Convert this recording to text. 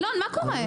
אלון, מה קורה?